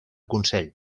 consell